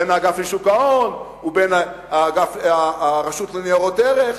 בין אגף שוק ההון ובין הרשות לניירות ערך.